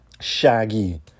Shaggy